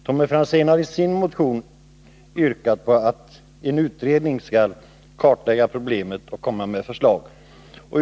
Tommy Franzén har i sin motion yrkat på att en utredning skall kartlägga problemet och komma med förslag.